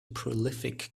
prolific